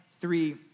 three